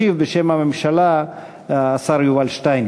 ישיב בשם הממשלה השר יובל שטייניץ.